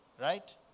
Right